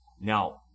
Now